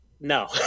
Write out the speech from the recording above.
no